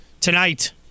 tonight